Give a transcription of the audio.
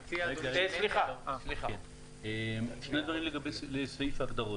שני דברים לגבי סעיף ההגדרות.